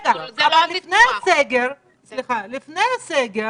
לפני הסגר